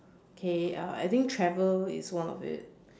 K uh I think travel is one of it